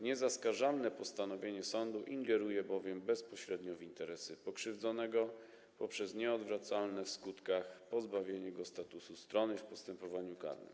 Niezaskarżalne postanowienie sądu ingeruje bowiem bezpośrednio w interesy pokrzywdzonego poprzez nieodwracalne w skutkach pozbawienie go statusu strony w postępowaniu karnym.